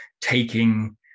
taking